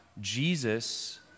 Jesus